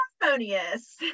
harmonious